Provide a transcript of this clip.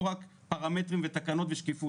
לא רק פרמטרים ותקנות ושקיפות.